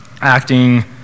acting